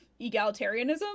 egalitarianism